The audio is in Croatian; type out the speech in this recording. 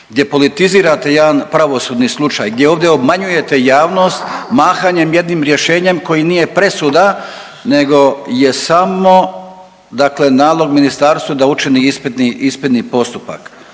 gdje politizirate pravosudni slučaj, gdje ovdje obmanjujete javnost mahanjem jednim rješenjem koji nije presuda nego je samo dakle nalog Ministarstvu da učini ispitni postupak.